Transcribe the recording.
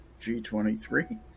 G23